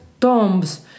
tombs